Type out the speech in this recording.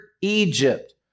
Egypt